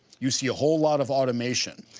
you see a whole lot of automation.